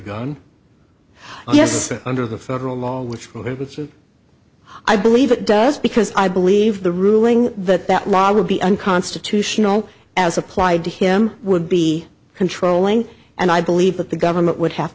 gun yes under the federal law which prohibits it i believe it does because i believe the ruling that that law would be unconstitutional as applied to him would be controlling and i believe that the government would have